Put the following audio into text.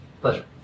pleasure